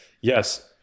Yes